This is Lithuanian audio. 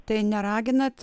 tai neraginat